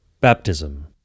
Baptism